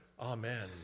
Amen